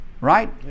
Right